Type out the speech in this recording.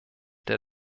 der